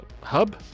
hub